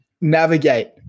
navigate